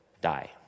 die